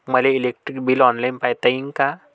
मले electric bill online पायता येईन का?